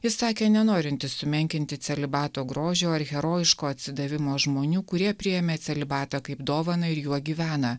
jis sakė nenorintis sumenkinti celibato grožio ar herojiško atsidavimo žmonių kurie priėmė celibatą kaip dovaną ir juo gyvena